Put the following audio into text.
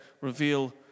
reveal